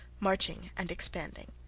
marching and expanding.